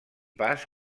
pas